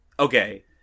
Okay